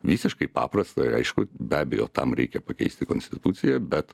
visiškai paprasta ir aišku be abejo tam reikia pakeisti konstituciją bet